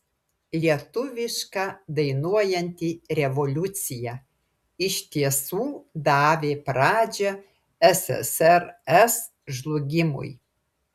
lietuviška dainuojanti revoliucija iš tiesų davė pradžią ssrs žlugimui